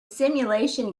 simulation